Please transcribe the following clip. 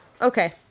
okay